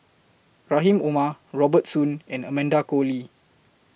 Rahim Omar Robert Soon and Amanda Koe Lee